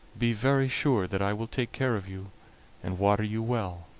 be very sure that i will take care of you and water you well,